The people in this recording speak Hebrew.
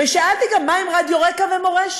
ושאלתי גם מה עם רדיו רק"ע ומורשת,